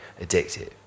addictive